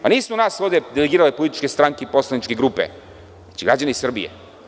Pa, nisu nas ovde delegirale političke stranke i poslaničke grupe, već građani Srbije.